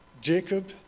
Jacob